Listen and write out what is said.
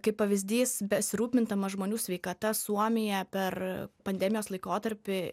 kaip pavyzdys besirūpindama žmonių sveikata suomija per pandemijos laikotarpį